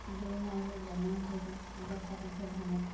গৰু ম'হবোৰৰ বেমাৰ হৈছে এতিয়া দৰৱ পাতি দিছে ধানত